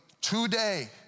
today